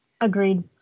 Agreed